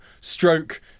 stroke